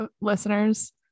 listeners